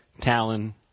Talon